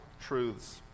truths